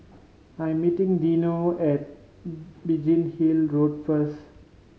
I am meeting Dino at Biggin Hill Road first